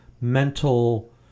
mental